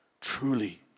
truly